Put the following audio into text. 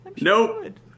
Nope